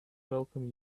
welcome